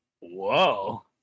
whoa